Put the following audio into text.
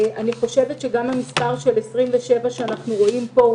אני חושבת שגם המספר 27 שאנחנו רואים פה הוא